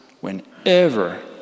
whenever